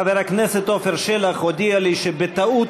חבר הכנסת עפר שלח הודיע לי שבטעות